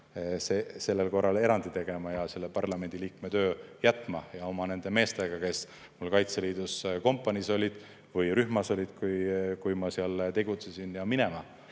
sellel korral erandi tegema ja parlamendiliikme töö jätma. Siis ma peaksin nende meestega, kes mul Kaitseliidus kompaniis või rühmas olid, kui ma seal tegutsesin, koos minema.